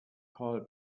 call